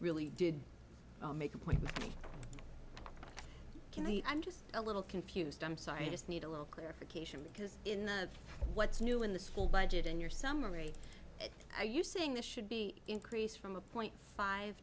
really did make a point can i i'm just a little confused i'm sorry i just need a little clarification because in the what's new in the school budget in your summary are you saying this should be increased from a point five